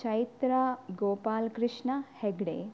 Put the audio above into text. Chaitra Gopal Krishna Hegde